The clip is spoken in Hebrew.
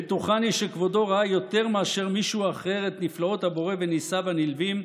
בטוחני שכבודו ראה יותר מאשר מישהו אחר את נפלאות הבורא וניסיו הגלויים,